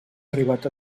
arribat